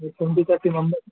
మేము twenty thirty members